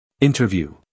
Interview